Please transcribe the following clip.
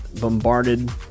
bombarded